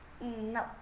No